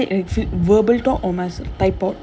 is it is it is that a ex~ verbal talk or must type out